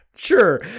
Sure